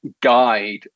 guide